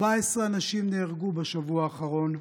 14 אנשים נהרגו בשבוע האחרון.